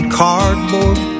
cardboard